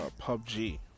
PUBG